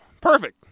Perfect